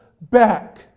back